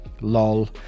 Lol